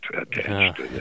attached